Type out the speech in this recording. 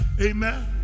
Amen